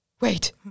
wait